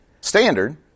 standard